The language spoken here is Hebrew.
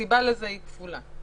הסיבה לזה היא כפולה.